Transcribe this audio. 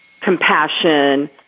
compassion